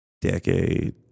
decade